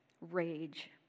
rage